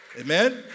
Amen